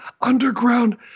Underground